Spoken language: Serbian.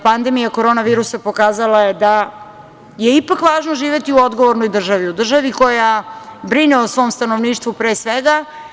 Pandemija korona virusa pokazala je da je ipak važno živeti u odgovornoj državi, u državi koja brine o svom stanovništvu, pre svega.